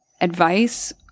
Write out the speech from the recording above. advice